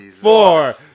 four